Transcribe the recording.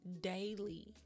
daily